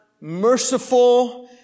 merciful